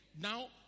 Now